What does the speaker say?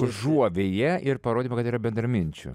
užuovėją ir parodymą kad yra bendraminčių